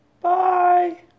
Bye